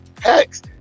Hex